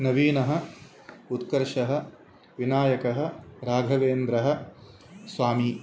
नवीनः उत्कर्षः विनायकः राघवेन्द्रः स्वामी